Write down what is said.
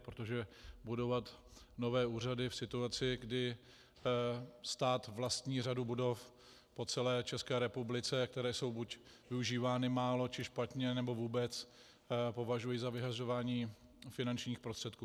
Protože budovat nové úřady v situaci, kdy stát vlastní řadu budov po celé České republice, které jsou buď využívány málo, či špatně, nebo vůbec, považuji za vyhazování finančních prostředků.